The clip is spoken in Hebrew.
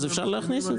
אז אפשר להכניס את זה.